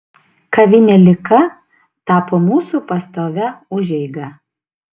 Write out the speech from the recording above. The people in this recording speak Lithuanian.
kavinė lika tapo mūsų pastovia užeiga